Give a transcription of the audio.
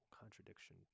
contradiction